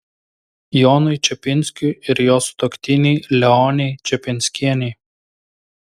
jonui čepinskiui ir jo sutuoktinei leonei čepinskienei